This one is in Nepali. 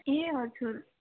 ए हजुर